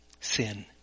sin